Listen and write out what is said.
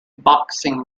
boxing